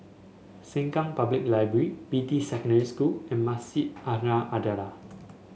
Sengkang Public Library Beatty Secondary School and Masjid An Nahdhah